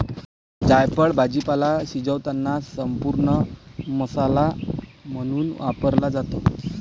जायफळ भाजीपाला शिजवताना संपूर्ण मसाला म्हणून वापरला जातो